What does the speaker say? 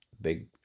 Big